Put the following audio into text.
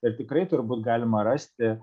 ir tikrai turbūt galima rasti